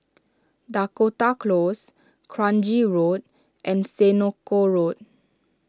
Dakota Close Kranji Road and Senoko Road